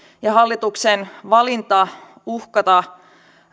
ja hallituksen valinta uhata